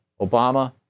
Obama